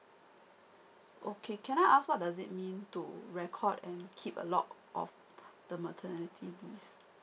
okay can I ask what does it mean to record and keep a log of the maternity leave